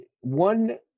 one